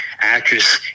actress